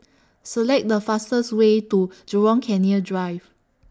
Select The fastest Way to Jurong Canal Drive